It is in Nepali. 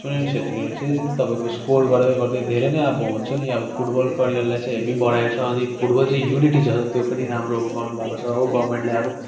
सुनील छेत्रीहरू चाहिँ तपाईँको स्कोर गर्दै गर्दै धेरै नै अब हुन्छ नि अब फुटबल करियारलाई हेभी बढाएछ अनि फुटबल चाहिँ युनिटी छ त्यो पनि ऊ गर्नु भएको छ हो गभर्नमेन्टलाई अब